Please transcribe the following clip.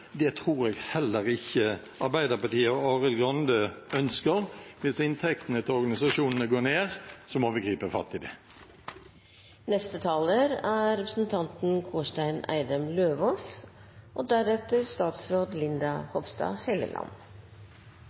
Det tror jeg heller ikke Arbeiderpartiet og Arild Grande ønsker. Hvis inntektene til organisasjonene går ned, må vi gripe fatt i det.